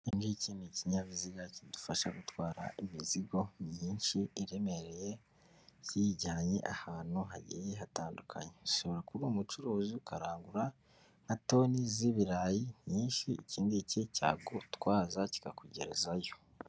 Iki ngiki ni ikinyabiziga kidufasha gutwara imizigo myinshi iremereye ziyijyanye ahantu hagiye hatandukanye, ushobora kuba uri umucuruzi ukarangura nka toni z'ibirayi nyinshi iki ngiki cyagutwaza kikakugerezayo.